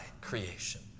creation